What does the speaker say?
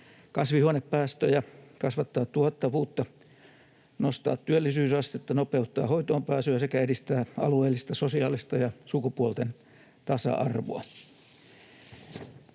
kasvihuonepäästöjä, kasvattaa tuottavuutta, nostaa työllisyysastetta, nopeuttaa hoitoonpääsyä sekä edistää alueellista, sosiaalista ja sukupuolten tasa-arvoa.